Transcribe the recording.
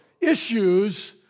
issues